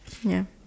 ya